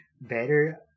better